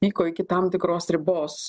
vyko iki tam tikros ribos